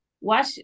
watch